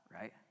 right